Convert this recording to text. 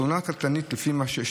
ב-2018,